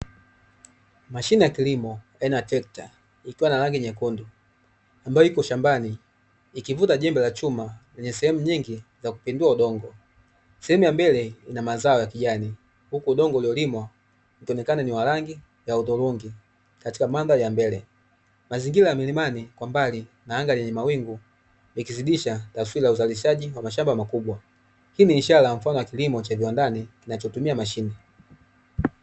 Mashine ya kilimo aina ya trekta ikiwa na rangi nyekundu ambayo ipo shambani, ilkivuta jembe la chuma kwenye sehemu nyingi na kupindua udongo. Sehemu ya mbele ina mazao ya kijani huku udongo uliolimwa ukionekana niwarangi udhurungi katika mandhari ya mbele. Mazingira ya mlimani kwa mbali na anga lenye mawingu likizidisha taswira ya uzalishaji kwa mashamba makubwa hii ni ishara ya mfano wa kilimo cha viwandani kinachotumia mashine.